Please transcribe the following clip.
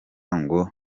ngo